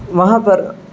وہاں پر